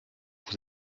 vous